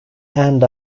end